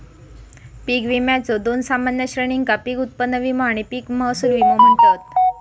पीक विम्याच्यो दोन सामान्य श्रेणींका पीक उत्पन्न विमो आणि पीक महसूल विमो म्हणतत